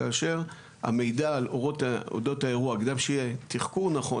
כאשר המידע אודות האירוע וגם שיהיה תחקור נכון,